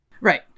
Right